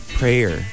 prayer